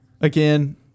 Again